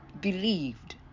believed